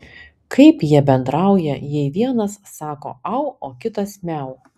kaip jie bendrauja jei vienas sako au o kitas miau